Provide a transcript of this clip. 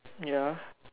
ya